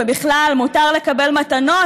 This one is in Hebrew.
ובכלל מותר לקבל מתנות,